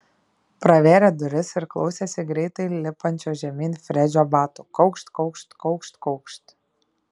pravėrė duris ir klausėsi greitai lipančio žemyn fredžio batų kaukšt kaukšt kaukšt kaukšt